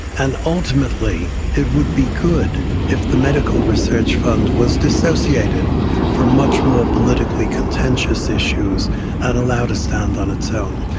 and ultimately it would be good if the medical medical research fund was disassociated from much more politically contentious issues and allowed to stand on its own.